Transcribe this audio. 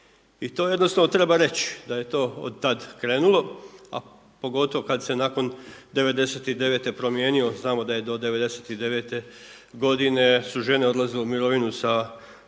I to jednostavno treba reći da je to od tad krenulo, a pogotovo kad se nakon 99. promijenio znamo da je do 99. godine su žene odlazile u mirovinu sa 30